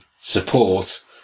support